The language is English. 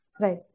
right